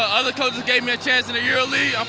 ah other coaches gave me a chance in the euroleague. i'm